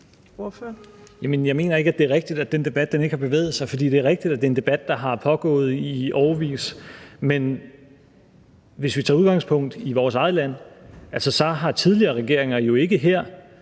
jeg mener ikke, at det er rigtigt, at den debat ikke har bevæget sig. Det er rigtigt, at det er en debat, der har pågået i årevis, men hvis vi tager udgangspunkt i vores eget land, har tidligere regeringer jo ikke her